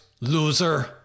loser